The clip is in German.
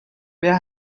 wer